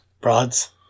Broads